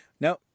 No